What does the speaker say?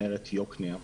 מנהרת יקנעם,